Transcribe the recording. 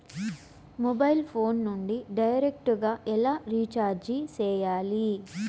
mobile phone నుండి direct గా ఎలా రీచార్జి సేయాలి